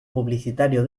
publicitario